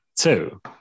Two